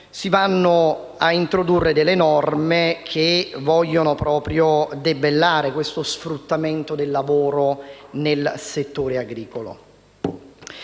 si vanno a introdurre delle norme che vogliono proprio debellare questo sfruttamento del lavoro nel settore agricolo.